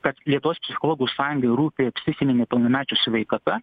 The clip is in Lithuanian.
kad lietuvos psichologų sąjungai rūpi psichinė nepilnamečių sveikata